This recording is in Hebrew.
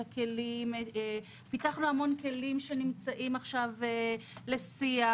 פיתחנו המון כלים לשיח